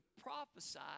prophesy